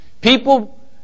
People